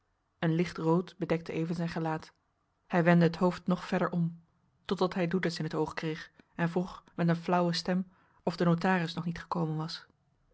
een licht rood bedekte even zijn gelaat hij wendde het hoofd nog verder om totdat hij doedes in t oog kreeg en vroeg met een flauwe stem of de notaris nog niet gekomen was